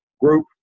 group